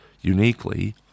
uniquely